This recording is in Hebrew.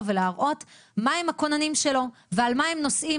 ולהראות מה הם הכוננים שלו ועל מה הם נוסעים,